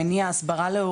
מניעה,